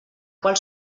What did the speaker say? qual